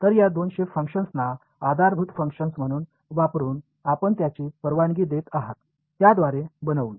तर या दोन शेप फंक्शन्सना आधारभूत फंक्शन्स म्हणून वापरुन आपण ज्याची परवानगी देत आहात त्याद्वारे बनवून